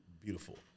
beautiful